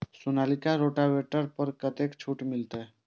Sonalika rotavator पर कतेक छूट मिलते?